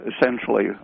essentially